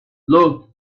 look